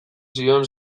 zion